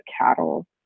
cattle